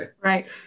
right